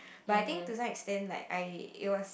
but I think to some extent like I it was